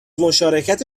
مشارکت